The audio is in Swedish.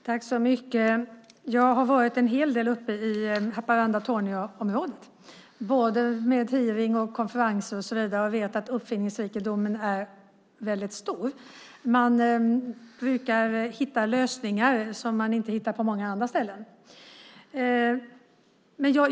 Herr talman! Jag har varit en hel del uppe i Haparanda-Torneå-området. Det har varit hearing och konferenser. Jag vet att uppfinningsrikedomen är väldigt stor. Man brukar hitta lösningar som man inte hittar på många andra ställen.